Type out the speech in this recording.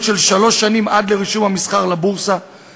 של שלוש שנים עד לרישום המסחר לבורסה,